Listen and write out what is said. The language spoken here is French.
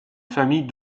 famille